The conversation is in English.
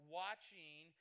watching